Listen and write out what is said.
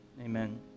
Amen